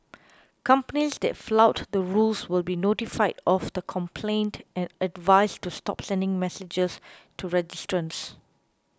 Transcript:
companies that flout the rules will be notified of the complaint and advised to stop sending messages to registrants